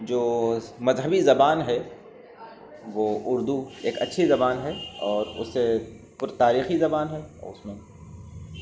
جو اس مذہبی زبان ہے وہ اردو ایک اچھی زبان ہے اور اس سے پرتاریخی زبان ہے اس میں